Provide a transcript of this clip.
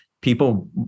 people